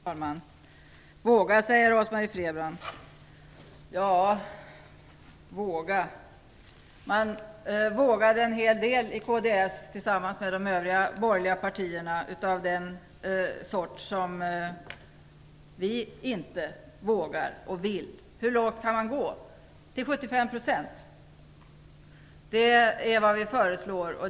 Fru talman! Våga, säger Rose-Marie Frebran. Kds vågade en hel del tillsammans med de övriga borgerliga partierna. De vågade sådant som vi inte vågar och vill. Rose-Marie Frebran frågar hur lågt man kan gå. Till 75 %. Det är vad vi föreslår.